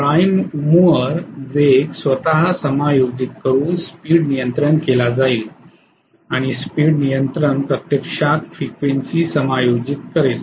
prime mover वेग स्वतः समायोजित करून स्पीड नियंत्रित केला जाईल आणि स्पीड नियंत्रण प्रत्यक्षात वारंवारता समायोजित करेल